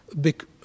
big